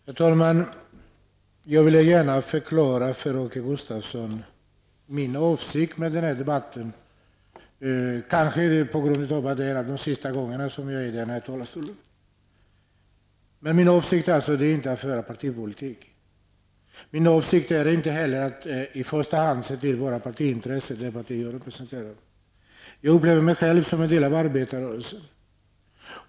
Herr talman! Jag vill gärna för Åke Gustavsson förklara min avsikt med den här debatten. Kanske gör jag det på grund av att detta är en av de sista gångerna som jag står i denna talarstol. Men min avsikt är inte att föra partipolitik. Min avsikt är inte heller i första hand att se till mitt eget partis intressen. Jag upplever mig själv som en del av arbetarrörelsen.